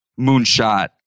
moonshot